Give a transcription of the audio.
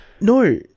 No